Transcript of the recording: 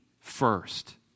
first